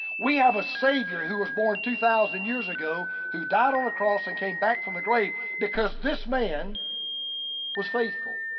we have a savior who was born two thousand years ago, who died on a cross and came back from the grave because this man was faithful.